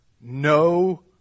No